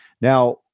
Now